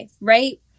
right